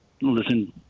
listen